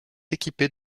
équipée